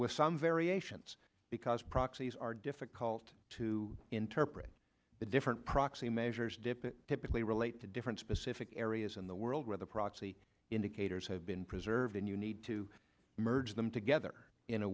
with some variations because proxies are difficult to interpret the different proxy measures depict typically relate to different specific areas in the world where the proxy indicators have been preserved and you need to merge them together in a